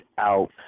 out